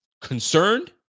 Concerned